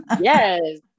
Yes